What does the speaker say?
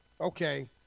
okay